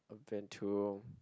been to